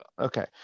Okay